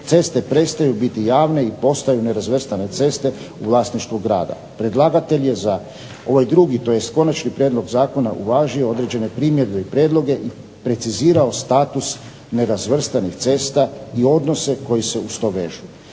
ceste prestaju biti javne i postaju nerazvrstane ceste u vlasništvu grada. Predlagatelj je za ovaj drugi tj. konačni prijedlog zakona uvažio određene primjedbe i prijedloge i precizirao status nerazvrstanih cesta i odnose koji se uz to vežu.